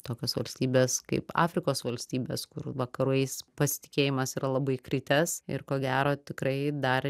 tokios valstybės kaip afrikos valstybės kur vakarais pasitikėjimas yra labai kritęs ir ko gero tikrai dar